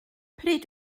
pryd